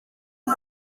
ubu